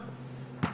הכשרה?